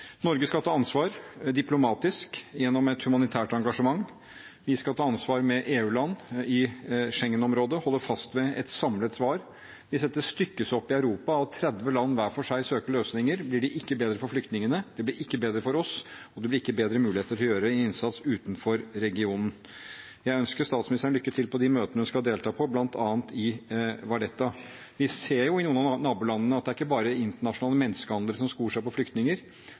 Norge skal ta ansvar, diplomatisk, gjennom et humanitært engasjement. Vi skal ta ansvar sammen med EU-land i Schengen-området, holde fast ved et samlet svar. Hvis dette stykkes opp i Europa og 30 land hver for seg søker løsninger, blir det ikke bedre for flyktningene, det blir ikke bedre for oss, og det blir ikke bedre muligheter til å gjøre en innsats utenfor regionen. Jeg ønsker statsministeren lykke til med de møtene hun skal delta på, bl.a. i Valletta. Vi ser i noen av nabolandene at det er ikke bare internasjonale menneskehandlere som skor seg på flyktninger,